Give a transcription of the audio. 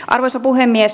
arvoisa puhemies